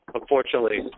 Unfortunately